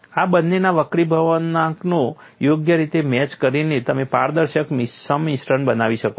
આ બન્નેના વક્રીભવનાંકને યોગ્ય રીતે મેચ કરીને તમે પારદર્શક સંમિશ્રણ બનાવી શકો છો